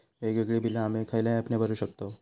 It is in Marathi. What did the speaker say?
वेगवेगळी बिला आम्ही खयल्या ऍपने भरू शकताव?